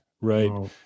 right